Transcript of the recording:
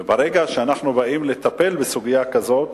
וברגע שאנחנו באים לטפל בסוגיה כזו,